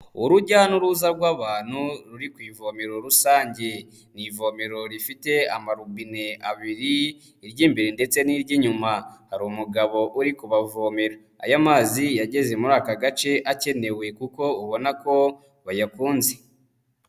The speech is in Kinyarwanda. Urujya n'uruza rw'abantu ruri ku ivomero rusange, ni ivomero rifite amarobine abiri, iry'imbere ndetse n'iry'inyuma, hari umugabo uri kubavomera, aya mazi yageze muri aka gace akenewe kuko ubona ko bayakunze.